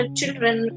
children